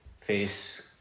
face